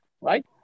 right